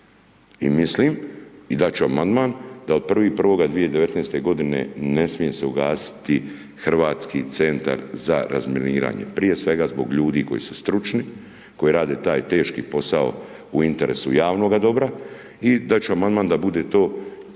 I mislim i dati ću Amandman da od 1.1.2019.-te godine ne smije se ugasiti Hrvatski centar za razminiranje prije svega zbog ljudi koji su stručni, koji rade taj teški posao u interesu javnoga dobra i da ćemo onda da bude to barem